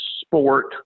sport